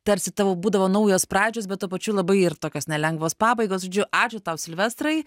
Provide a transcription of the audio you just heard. tarsi tavo būdavo naujos pradžios bet tuo pačiu labai ir tokios nelengvos pabaigos žodžiu ačiū tau silvestrai